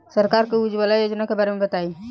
सरकार के उज्जवला योजना के बारे में बताईं?